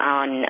on